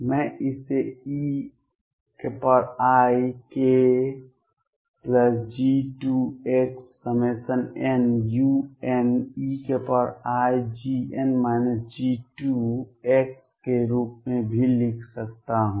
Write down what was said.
मैं इसे eikG2xnuneix के रूप में भी लिख सकता हूं